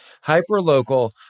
hyper-local